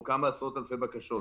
או כמה עשרות אלפי בקשות.